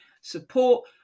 support